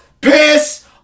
piss